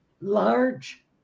large